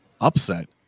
upset